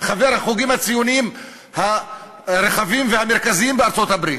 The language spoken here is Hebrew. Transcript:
חבר החוגים הציוניים הרחבים והמרכזיים בארצות-הברית,